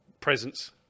presence